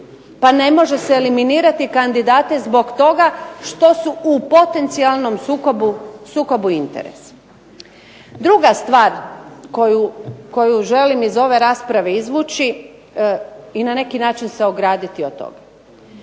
Pa ne može se eliminirati kandidate zbog tog što su u potencijalnom sukobu interesa. Druga stvar koju želim iz ove rasprave izvući i na neki način se ograditi od toga.